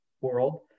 world